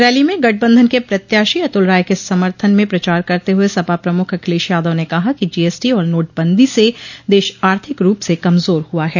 rally में गठबंधन के प्रत्याशी अतुल राय के समर्थन में प्रचार करते हुए सपा प्रमुख अखिलेश यादव ने कहा कि जीएसटी और नोटबंदी से देश आर्थिक रूप से कमजोर हुआ है